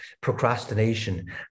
procrastination